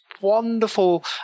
wonderful